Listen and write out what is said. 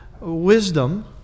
Wisdom